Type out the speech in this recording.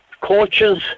coaches